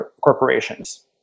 corporations